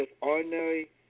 ordinary